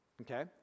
Okay